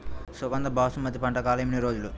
సుగంధ బాసుమతి పంట కాలం ఎన్ని రోజులు?